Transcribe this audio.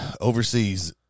overseas